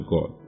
God